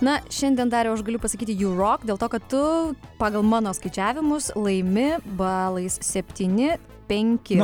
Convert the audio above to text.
na šiandien dariau aš galiu pasakyti jų rok dėl to kad tu pagal mano skaičiavimus laimi balais septyni penki